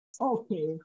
Okay